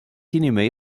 inhumé